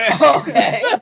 Okay